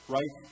Right